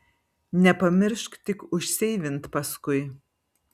nepamiršk tik užseivint paskui